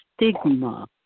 stigma